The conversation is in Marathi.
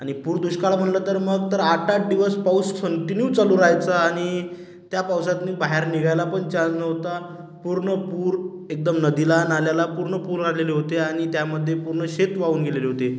आणि पूर दुष्काळ म्हणलं तर मग तर आठआठ दिवस पाऊस कंटिन्यू चालू रहायचा आणि त्या पावसातनी बाहेर निघायला पण चान नव्हता पूर्ण पूर एकदम नदीला नाल्याला पूर्ण पूर आलेले होते आणि त्यामधे पूर्ण शेत वाहून गेलेले होते